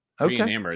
Okay